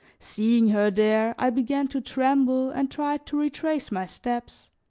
seeing her there i began to tremble and tried to retrace my steps,